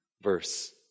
verse